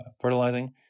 fertilizing